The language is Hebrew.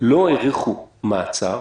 לא האריכו מעצר